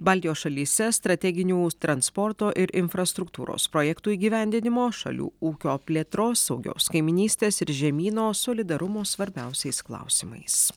baltijos šalyse strateginių transporto ir infrastruktūros projektų įgyvendinimo šalių ūkio plėtros saugios kaimynystės ir žemyno solidarumo svarbiausiais klausimais